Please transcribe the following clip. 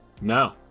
no